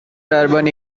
urban